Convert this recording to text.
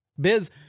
Biz